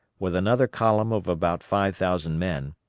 with another column of about five thousand men,